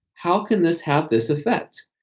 how can this have this effect?